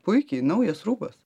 puikiai naujas rūbas